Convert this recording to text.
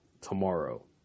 tomorrow